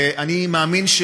אני מאמין,